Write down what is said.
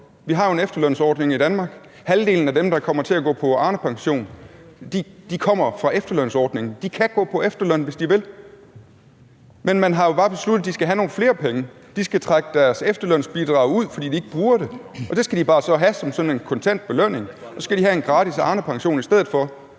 Vi har jo en efterlønsordning i Danmark. Halvdelen af dem, der kommer til at gå på Arnepension, kommer fra efterlønsordningen. De kan gå på efterløn, hvis de vil. Men man har bare besluttet, at de skal have nogle flere penge. De skal trække deres efterlønsbidrag ud, fordi de ikke bruger det. Det skal de så bare have som en kontant belønning, og så skal de have en gratis Arnepension i stedet for,